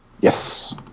Yes